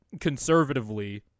conservatively